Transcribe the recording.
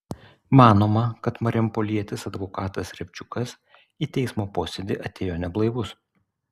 manoma kad marijampolietis advokatas riabčiukas į teismo posėdį atėjo neblaivus